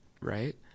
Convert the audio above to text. right